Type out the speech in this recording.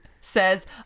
says